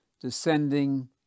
descending